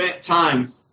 time